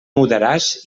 mudaràs